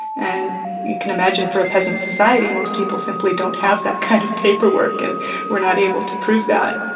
and you can imagine for a peasant society, most people simply don't have that kind of paperwork and were not able to prove that.